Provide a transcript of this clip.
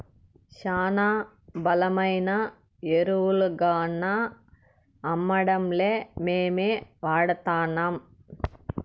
శానా బలమైన ఎరువుగాన్నా అమ్మడంలే మేమే వాడతాన్నం